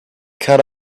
cut